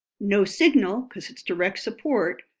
no signal, because it's direct support,